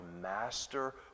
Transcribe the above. master